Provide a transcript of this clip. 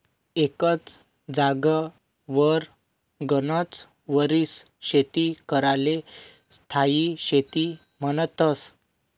एकच जागावर गनच वरीस शेती कराले स्थायी शेती म्हन्तस